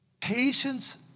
Patience